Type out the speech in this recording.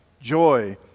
joy